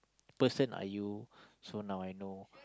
person are you so now I know